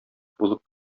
булып